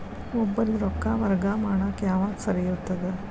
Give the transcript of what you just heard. ಒಬ್ಬರಿಗ ರೊಕ್ಕ ವರ್ಗಾ ಮಾಡಾಕ್ ಯಾವಾಗ ಸರಿ ಇರ್ತದ್?